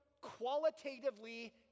qualitatively